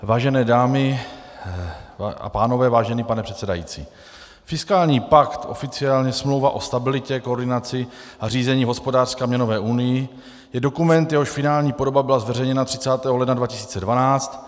Vážené dámy a pánové, vážený pane předsedající, fiskální pakt, oficiálně Smlouva o stabilitě, koordinaci a řízení v hospodářské a měnové unii, je dokument, jehož finální podoba byla zveřejněna 30. ledna 2012.